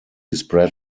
spread